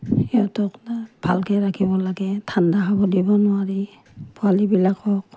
সিহঁতক ভালকৈ ৰাখিব লাগে ঠাণ্ডা হ'ব দিব নোৱাৰি পোৱালীবিলাকক